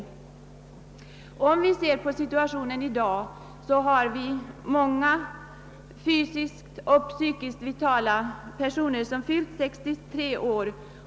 Vi kan i dag se många fysiskt och psykiskt vitala personer som har fyllt 63 år.